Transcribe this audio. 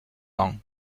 laon